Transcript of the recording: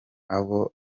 abo